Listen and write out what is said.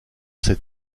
ces